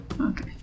Okay